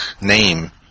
name